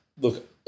look